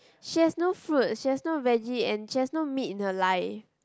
she has no fruit she has no veggie and she has no meat in her life